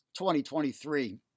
2023